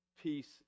peace